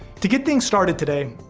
to get things started today,